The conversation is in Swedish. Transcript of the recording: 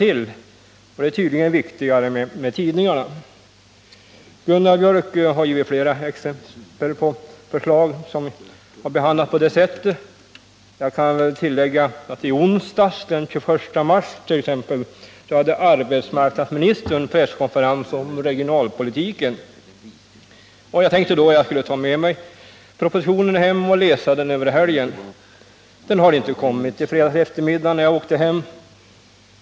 Tydligen är det viktigare med tidningarna. Gunnar Biörck har givit flera exempel på förslag som behandlats på detta sätt. För min del kan jag tillägga att i onsdags, den 21 mars, hade arbetsmarknadsministern presskonferens om regionalpolitiker. Jag tänkte då att jag skulle ta med mig propositionen hem och läsa den under helgen. Den hade emellertid inte kommit på fredagseftermiddagen när jag åkte hem.